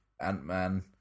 Ant-Man